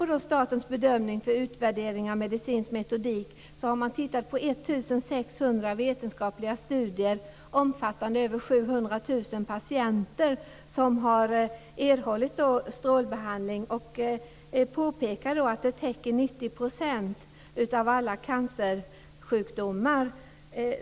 I statens utvärdering av medicinsk metodik har man tittat på 1 600 vetenskapliga studier omfattande över 700 000 patienter som har erhållit strålbehandling och påpekar att det täcker 90 % av alla cancersjukdomar.